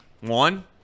One